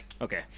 Okay